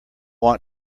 want